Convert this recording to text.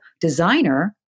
Designer